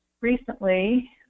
recently